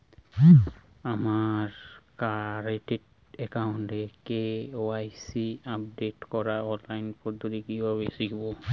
আমার কারেন্ট অ্যাকাউন্টের KYC update করার অনলাইন পদ্ধতি কীভাবে শিখব?